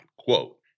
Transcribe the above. Quote